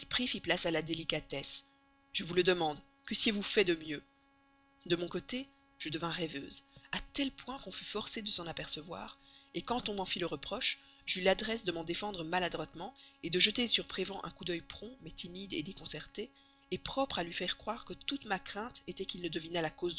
fit place à la délicatesse je vous le demande qu'eussiez-vous fait de mieux de mon côté je devins rêveuse au point de forcer de s'en apercevoir quand on m'en fit le reproche j'eus l'adresse de m'en défendre maladroitement de jeter sur prévan un coup d'oeil prompt mais timide déconcerté propre à lui faire croire que toute ma crainte était qu'il ne devinât la cause